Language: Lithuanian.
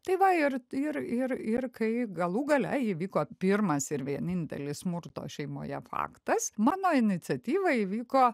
tai va ir ir ir ir kai galų gale įvyko pirmas ir vienintelis smurto šeimoje faktas mano iniciatyva įvyko